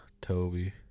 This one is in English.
Toby